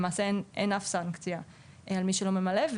למעשה אין אף סנקציה על מי שלא ממלא.